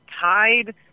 tied